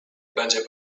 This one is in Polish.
będzie